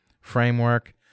framework